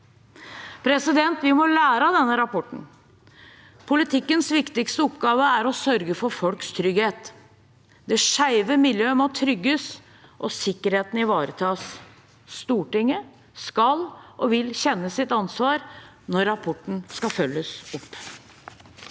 skje igjen. Vi må lære av denne rapporten. Politikkens viktigste oppgave er å sørge for folks trygghet. Det skeive miljøet må trygges, og sikkerheten ivaretas. Stortinget skal og vil kjenne sitt ansvar når rapporten skal følges opp.